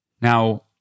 Now